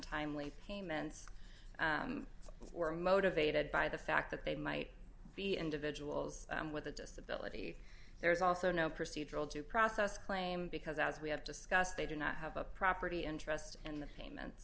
untimely payments were motivated by the fact that they might be individuals with a disability there is also no procedural due process claim because as we have discussed they do not have a property interest in the payments